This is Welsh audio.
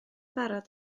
barod